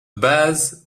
base